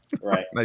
Right